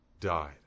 died